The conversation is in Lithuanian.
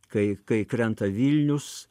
kai kai krenta vilnius